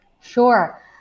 Sure